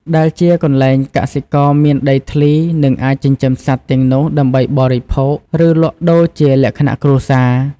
ដែលជាកន្លែងកសិករមានដីធ្លី និងអាចចិញ្ចឹមសត្វទាំងនោះដើម្បីបរិភោគ ឬលក់ដូរជាលក្ខណៈគ្រួសារ។